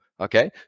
okay